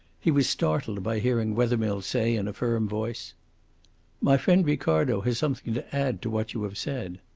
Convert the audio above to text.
he was startled by hearing wethermill say, in a firm voice my friend ricardo has something to add to what you have said.